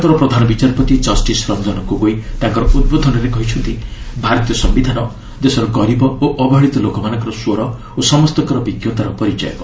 ଭାରତର ପ୍ରଧାନ ବିଚାରପତି କଷ୍ଟିସ୍ ରଞ୍ଜନ ଗୋଗୋଇ ତାଙ୍କର ଉଦ୍ବୋଧନରେ କହିଛନ୍ତି ଭାରତୀୟ ସିିଧାନ ଦେଶର ଗରିବ ଓ ଅବହେଳିତ ଲୋକମାନଙ୍କର ସ୍ପର ଓ ସମସ୍ତଙ୍କର ବିଜ୍ଞତାର ପରିଚାୟକ